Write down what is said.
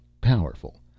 powerful